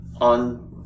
on